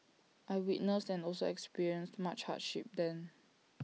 I witnessed and also experienced much hardship then